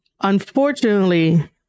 Unfortunately